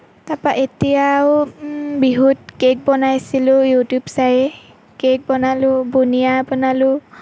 তাৰ পৰা এতিয়াও বিহুত কেক বনাইছিলোঁ ইউটিউব চাই কেক বনালোঁ বুনিয়া বনালোঁ